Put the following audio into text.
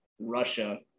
russia